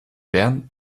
bern